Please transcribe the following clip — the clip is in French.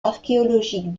archéologique